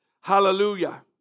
Hallelujah